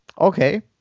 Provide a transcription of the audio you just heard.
Okay